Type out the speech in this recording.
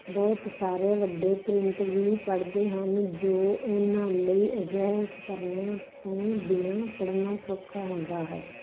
ਬਹੁਤ ਸਾਰੇ ਵੱਡੇ ਪ੍ਰਿੰਟ ਵੀ ਪੜ੍ਹਦੇ ਹਨ ਜੋ ਉਨ੍ਹਾਂ ਲਈ ਅਜਿਹੇ ਉਪਕਰਣਾਂ ਤੋਂ ਬਿਨਾਂ ਪੜ੍ਹਨਾ ਸੌਖਾ ਹੁੰਦਾ ਹੈ